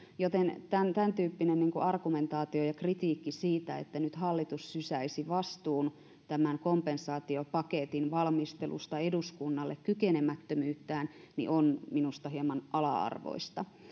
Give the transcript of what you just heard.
joten tämäntyyppinen argumentaatio ja kritiikki siitä että nyt hallitus sysäisi vastuun tämän kompensaatiopaketin valmistelusta eduskunnalle kykenemättömyyttään on minusta hieman ala arvoista